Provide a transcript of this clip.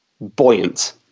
buoyant